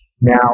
Now